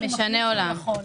משנה עולם.